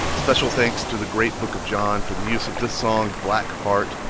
special thanks to the great book of john for the use of this song, black heart,